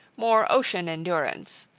more ocean-endurance.